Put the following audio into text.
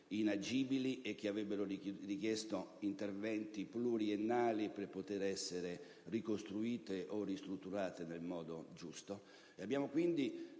inagibili che avrebbero richiesto interventi pluriennali per essere ricostruite o ristrutturate nel modo giusto) e a ogni